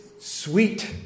sweet